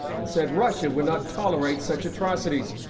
and said russia would not tolerate such atrocities.